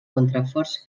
contraforts